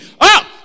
up